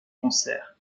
concert